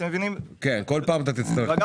זה לא טוב.